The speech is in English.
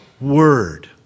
word